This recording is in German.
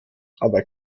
aber